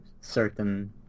certain